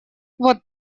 вот